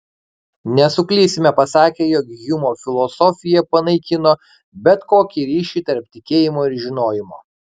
nesuklysime pasakę jog hjumo filosofija panaikino bet kokį ryšį tarp tikėjimo ir žinojimo